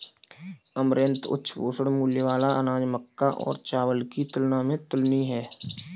amaranth उच्च पोषण मूल्य वाला अनाज मक्का और चावल की तुलना में तुलनीय है